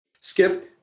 Skip